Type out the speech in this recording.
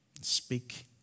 speak